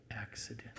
accident